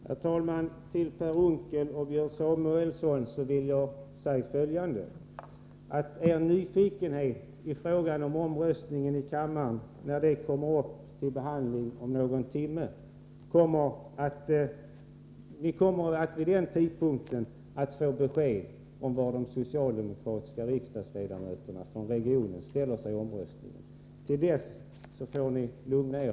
Herr talman! Jag vill till Per Unckel och Björn Samuelson säga följande. När det om någon timme blir omröstning i kammaren, kommer er nyfikenhet att stillas. Då får ni veta vilken ställning de socialdemokratiska ledamöterna från regionen har tagit. Till dess får ni lugna er.